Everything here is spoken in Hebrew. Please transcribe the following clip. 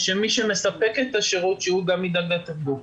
שמי שמספק את השירות ידאג גם לתרגום.